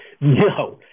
No